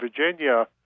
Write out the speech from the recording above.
Virginia